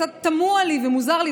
קצת תמוה לי ומוזר לי,